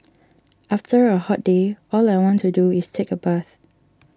after a hot day all I want to do is take a bath